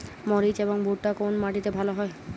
মরিচ এবং ভুট্টা কোন মাটি তে ভালো ফলে?